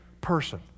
person